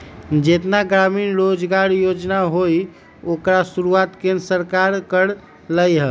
जेतना ग्रामीण रोजगार योजना हई ओकर शुरुआत केंद्र सरकार कर लई ह